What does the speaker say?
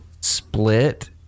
split